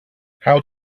how